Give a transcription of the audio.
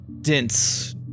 dense